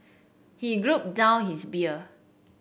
he down his beer